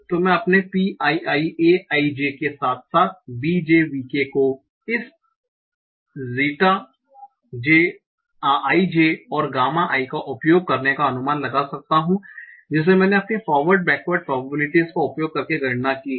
तो मैं अपने pi i a i j के साथ साथ b j v k को इस zeta i j और गामा i का उपयोग करने का अनुमान लगा सकता हूं जिसे मैंने अपनी फारवर्ड बैकवर्ड प्रोबेबिलिटीस का उपयोग करके गणना की है